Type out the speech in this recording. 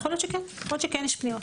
יכול להיות שיש פניות.